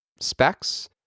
specs